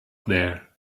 there